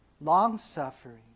long-suffering